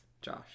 Josh